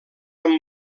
amb